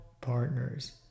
partners